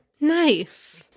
Nice